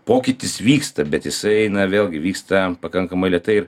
pokytis vyksta bet jisai na vėlgi vyksta pakankamai lėtai ir